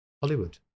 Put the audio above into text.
Hollywood